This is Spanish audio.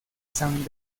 san